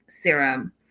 serum